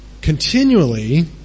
continually